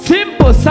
Simple